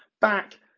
back